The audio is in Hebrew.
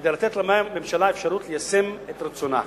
כדי לתת לממשלה אפשרות ליישם את רצונה.